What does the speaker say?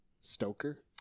Stoker